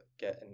get